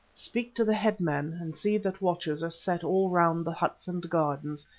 speak to the headmen, and see that watchers are set all round the huts and gardens,